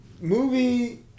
movie